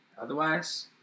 Otherwise